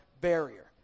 barrier